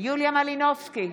יוליה מלינובסקי,